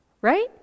right